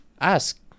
ask